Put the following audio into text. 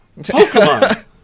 Pokemon